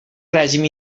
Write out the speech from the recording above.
règim